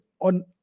on